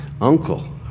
uncle